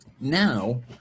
now